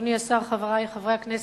אדוני השר, חברי חברי הכנסת,